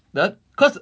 that [one] cause